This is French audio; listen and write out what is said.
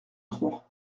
trois